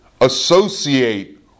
associate